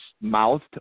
mouthed